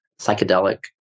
psychedelic